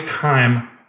time